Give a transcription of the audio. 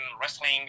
wrestling